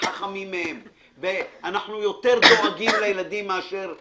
חכמים מהם ואנחנו יותר דואגים לילדים מאשר הם.